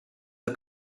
the